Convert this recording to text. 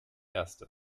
erste